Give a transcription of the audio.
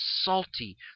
salty